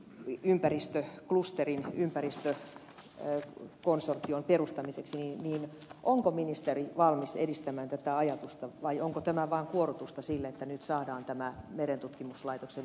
tällaisen viikin ympäristöklusterin ympäristökonsortion perustamiseksi onko ministeri valmis edistämään tätä ajatusta vai onko tämä vaan kuorrutusta sille että nyt saadaan tämä merentutkimuslaitoksen pilkkomispäätös tehtyä